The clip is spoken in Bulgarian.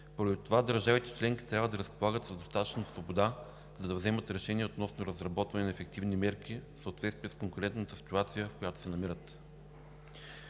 Поради това държавите членки трябва да разполагат с достатъчно свобода, за да вземат решение относно разработване на ефективни мерки в съответствие с конкурентната ситуация, в която се намират.